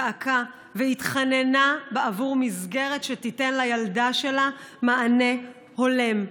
זעקה והתחננה בעבור מסגרת שתיתן לילדה שלה מענה הולם.